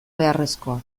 beharrezkoa